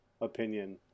opinion